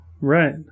Right